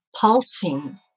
pulsing